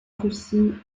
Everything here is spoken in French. russie